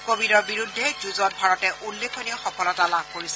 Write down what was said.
ক ভিডৰ বিৰুদ্ধে যুঁজত ভাৰতে উল্লেখনীয় সফলতা লাভ কৰিছে